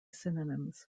synonyms